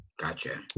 Gotcha